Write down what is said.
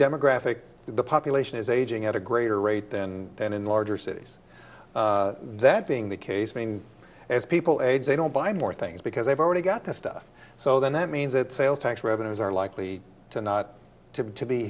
demographic the population is aging at a greater rate than than in the larger cities that being the case mean as people age they don't buy more things because they've already got the stuff so then that means that sales tax revenues are likely to not to